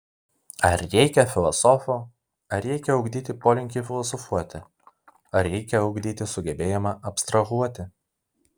ar reikia filosofų ar reikia ugdyti polinkį filosofuoti ar reikia ugdyti sugebėjimą abstrahuoti